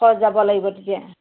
হয় যাব লাগিব তেতিয়া